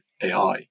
AI